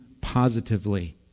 positively